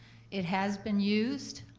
it has been used,